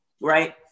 Right